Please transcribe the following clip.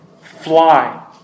Fly